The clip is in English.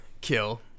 kill